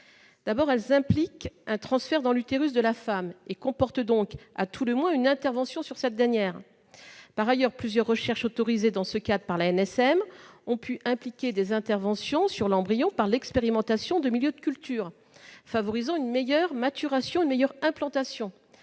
elles impliquent un transfert dans l'utérus de la femme et comportent, donc, à tout le moins, une intervention sur cette dernière. Par ailleurs, plusieurs recherches autorisées dans ce cadre par l'ANSM ont pu impliquer des interventions sur l'embryon par l'expérimentation de milieux de culture favorisant une meilleure maturation ou une meilleure implantation,